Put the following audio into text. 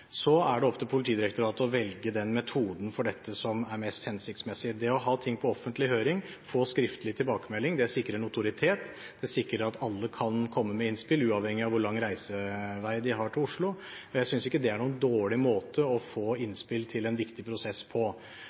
Så er det opp til Politidirektoratet å velge den metoden for dette som er mest hensiktsmessig. Det å ha ting på offentlig høring og få skriftlig tilbakemelding sikrer notoritet, det sikrer at alle kan komme med innspill, uavhengig av hvor lang reisevei de har til Oslo. Jeg synes ikke det er noen dårlig måte å få innspill til en viktig prosess på.